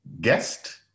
guest